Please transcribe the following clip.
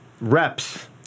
reps